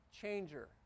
changer